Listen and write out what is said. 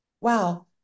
Wow